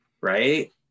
right